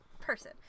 person